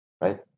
right